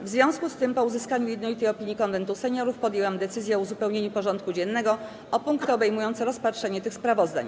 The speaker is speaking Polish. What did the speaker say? W związku z tym, po uzyskaniu jednolitej opinii Konwentu Seniorów, podjęłam decyzję o uzupełnieniu porządku dziennego o punkty obejmujące rozpatrzenie tych sprawozdań.